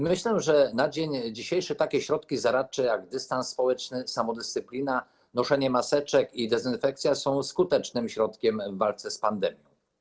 Myślę, że na dzień dzisiejszy takie środki zaradcze jak zachowanie dystansu społecznego, samodyscypliny, noszenie maseczek i dezynfekcja są skutecznym środkiem w walce z pandemią.